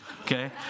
okay